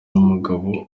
umugabo